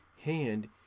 hand